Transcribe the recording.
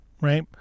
right